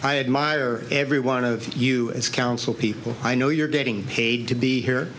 i admire every one of you as counsel people i know you're dating paid to be here